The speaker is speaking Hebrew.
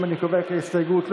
קבוצת סיעת יהדות התורה וקבוצת סיעת